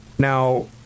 Now